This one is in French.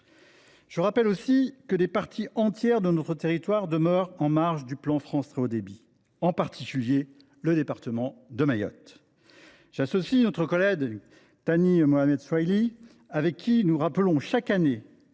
le terrain. Des parties entières de notre territoire demeurent en marge du plan France Très Haut Débit, en particulier le département de Mayotte. Avec mon collègue Thani Mohamed Soilihi, nous rappelons chaque année